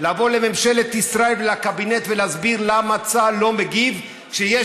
לבוא לממשלת ישראל ולקבינט ולהסביר למה צה"ל לא מגיב כשיש